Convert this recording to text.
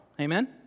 amen